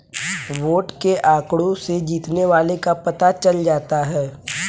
vote के आंकड़ों से जीतने वाले का पता चल जाता है